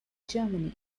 germany